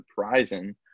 surprising